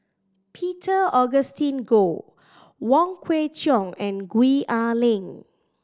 Peter Augustine Goh Wong Kwei Cheong and Gwee Ah Leng